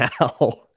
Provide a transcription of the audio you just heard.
now